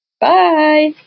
Bye